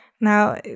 now